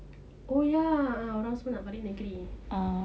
oh ya a'ah orang semua nak balik negeri